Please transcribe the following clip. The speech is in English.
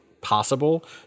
possible